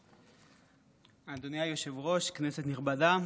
אדוני היושב-ראש, כנסת נכבדה,